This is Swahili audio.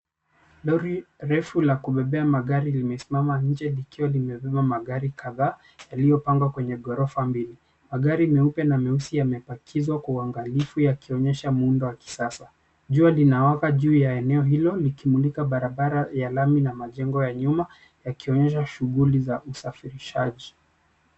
Lori refu la kubebea magari limesimama nje likiwa limebeba magari kadhaa yaliyopangwa kwenye ghorofa mbili. Magari meupe na meusi yamepakizwa kwa uangalifu yakionyesha muundo wa kisasa. Jua linawaka juu ya eneo hilo likimulika barabara ya lami na majengo ya nyuma yakionyeshwa shughuli za usafirishaji.